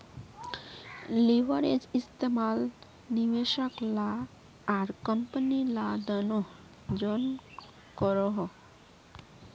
leverage इस्तेमाल निवेशक ला आर कम्पनी ला दनोह जन करोहो